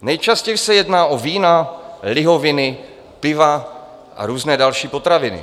Nejčastěji se jedná o vína, lihoviny, piva a různé další potraviny.